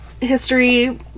history